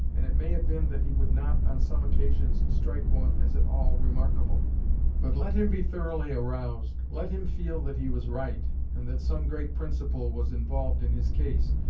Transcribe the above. and it may have been that he would not on some occasions strike one as at all remarkable but let him be thoroughly aroused, let him feel that he was right and that some great principle was involved in his case,